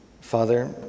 Father